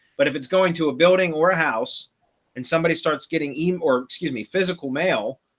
but if it's going to a building or a house and somebody starts getting email, or excuse me physical mail,